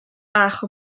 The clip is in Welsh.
bach